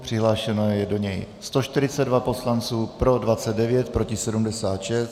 Přihlášeno je do něj 142 poslanců, pro 29, proti 76.